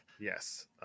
yes